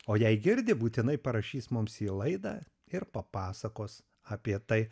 o jei girdi būtinai parašys mums į laidą ir papasakos apie tai